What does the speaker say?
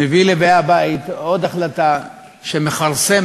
מביא לבאי הבית עוד החלטה שמכרסמת